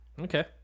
Okay